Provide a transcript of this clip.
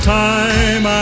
time